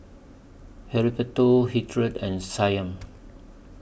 Heriberto Hildred and Shyann